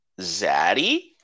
Zaddy